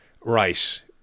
right